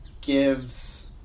gives